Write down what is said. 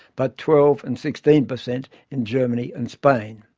but twelve and sixteen per cent in germany and spain.